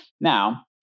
now